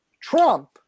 Trump